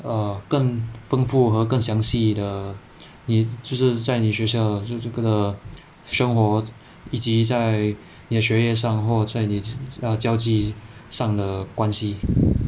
err 更丰富和更详细的你就是在你学校 的生活以及在你的学业上然后在你交际上的关系